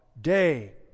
day